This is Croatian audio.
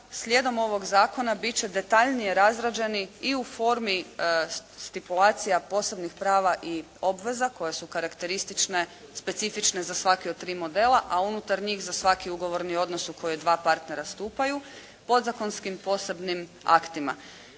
slijedom ovom zakona bit će detaljnije razrađeni i u formi stipulacija posebnih prava i obveza koje su karakteristične, specifične za svake od tri modela, a unutar njih za svaki ugovorni odnos u koji dva partnera stupaju, podzakonskim posebnim aktima.